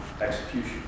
execution